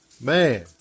Man